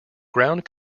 ground